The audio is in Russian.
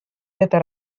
это